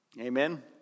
Amen